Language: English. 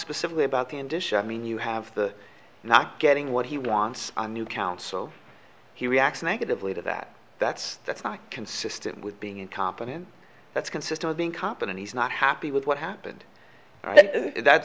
specifically about the addition i mean you have the not getting what he wants a new counsel he reacts negatively to that that's that's not consistent with being a competent that's consistent being competent he's not happy with what happened that's that